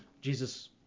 Jesus